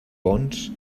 bons